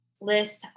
list